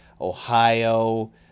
ohio